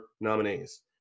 nominees